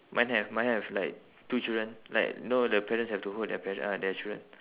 mine have mine have like two children like no the parents have to hold their pare~ uh their children